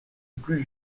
plus